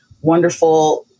wonderful